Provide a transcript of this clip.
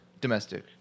domestic